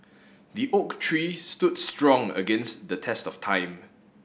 the oak tree stood strong against the test of time